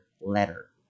letter